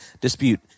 dispute